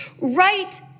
right